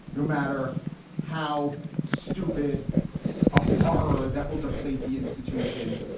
no matter how stupid a horror that will deflate the institution.